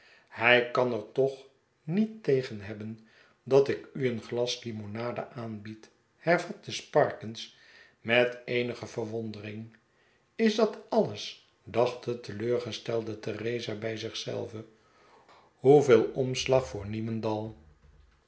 hij kan er toch niet tegen hebben dat ik u een glas limonade aanbied hervatte sparkins met eenige verwondering is dat alles dacht de teleurgestelde theresa bij zich zelve hoeveel omslag voor niemendal